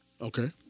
Okay